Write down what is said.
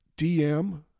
DM